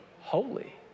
Holy